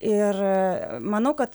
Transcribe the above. ir manau kad